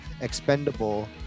Expendable